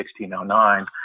1609